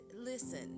listen